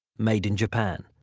made in japan.